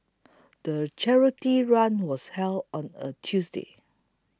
the charity run was held on a Tuesday